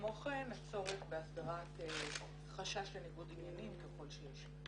וכמו כן הצורך בהסדרת חשש לניגוד עניינים ככל שיש.